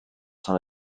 tan